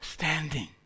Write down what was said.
standing